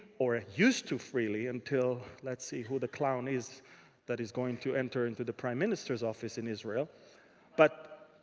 or it used to freely until. let's see who the clown is that is going to enter into the prime minister's office in israel but